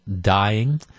dying